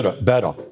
Better